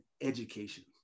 education